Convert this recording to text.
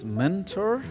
mentor